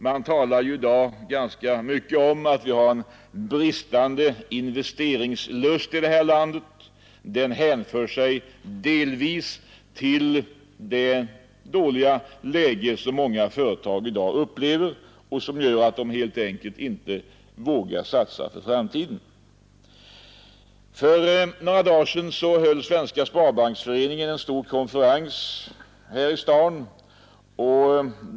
Man talar i dag ganska mycket om att vi har en bristande investeringslust i landet. Den hänför sig delvis till det dåliga läge som många företag i dag upplever och som gör att de helt enkelt inte vågar satsa för framtiden. För några dagar sedan höll Svenska sparbanksföreningen en stor konferens här i staden.